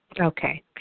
Okay